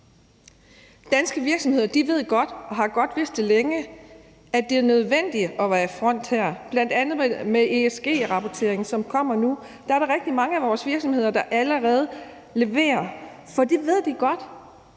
Danske virksomheder ved godt – og de har godt vidst det længe – at det er nødvendigt at være i front her. Bl.a. i forhold til ESG-rapportering, som kommer nu, er der rigtig mange af vores virksomheder, der allerede leverer, for de ved godt,